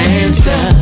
answer